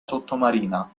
sottomarina